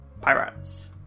Pirates